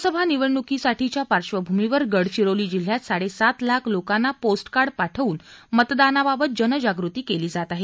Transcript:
लोकसभा निवडणुकीसाठीच्या पार्श्वभूमीवर गडचिरोली जिल्ह्यात साडेसात लाख लोकांना पोस्टकार्ड पाठवून मतदानाबाबत जनजागृती केली जात आहे